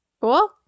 Cool